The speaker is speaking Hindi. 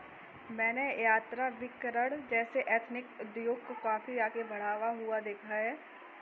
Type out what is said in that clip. मैंने यात्राभिकरण जैसे एथनिक उद्योग को काफी आगे बढ़ता हुआ देखा है